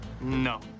No